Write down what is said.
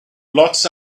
blots